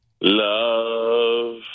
Love